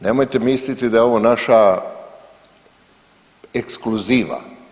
Nemojte misliti da je ovo naša ekskluziva.